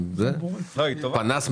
אנחנו